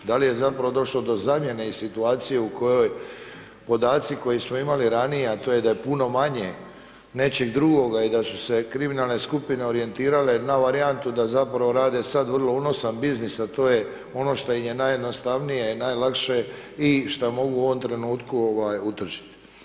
Da li je zapravo došlo do zamjene i situacije u kojoj podaci koje smo imali ranije a to je da je puno manje nečeg drugoga i da su se kriminalne skupine orijentirale na varijantu da zapravo rade sad vrlo unosan biznis a to je ono što im je najjednostavnije i najlakše i šta mogu u ovom trenutku utržit.